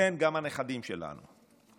כן, גם הנכדים שלנו.